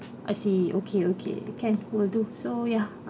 I see okay okay can will do so ya